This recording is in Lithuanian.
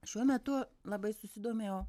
šiuo metu labai susidomėjau